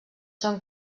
són